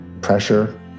pressure